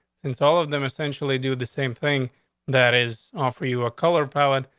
since all of them essentially do the same thing that is, offer you a color palette.